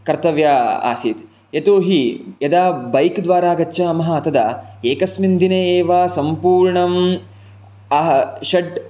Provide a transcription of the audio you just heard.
कर्तव्या आसीत् यतोहि यदा बैक् द्वारा गच्छामः तदा एकस्मिन् दिने एव सम्पूर्णं षट्